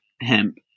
HEMP